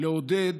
לעודד,